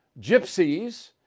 gypsies